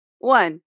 One